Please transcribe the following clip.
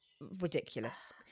ridiculous